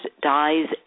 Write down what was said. dies